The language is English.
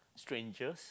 strangers